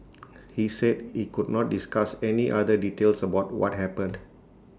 he said he could not discuss any other details about what happened